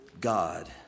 God